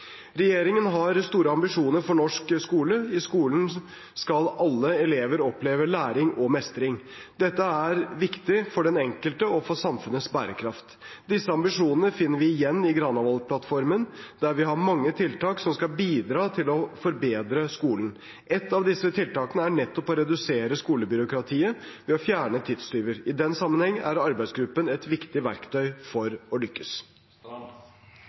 Regjeringen har store ambisjoner for norsk skole. I skolen skal alle elever oppleve læring og mestring. Dette er viktig for den enkelte og for samfunnets bærekraft. Disse ambisjonene finner vi igjen i Granavolden-plattformen, der vi har mange tiltak som skal bidra til å forbedre skolen. Ett av disse tiltakene er nettopp å redusere skolebyråkratiet ved å fjerne tidstyver. I den sammenhengen er arbeidsgruppen et viktig verktøy for å lykkes.